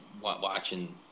watching